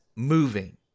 moving